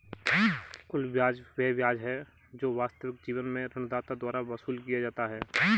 कुल ब्याज वह ब्याज है जो वास्तविक जीवन में ऋणदाता द्वारा वसूल किया जाता है